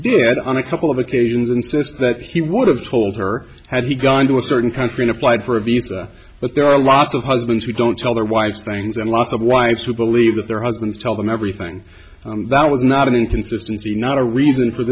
did on a couple of occasions insists that he would have told her had he gone to a certain country applied for a visa but there are lots of husbands who don't tell their wives things and lots of wives who believe that their husbands tell them everything that was not an inconsistency not a reason for